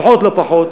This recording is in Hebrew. לפחות לא פחות,